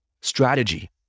strategy